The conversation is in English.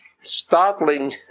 startling